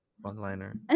one-liner